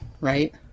Right